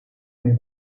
ayı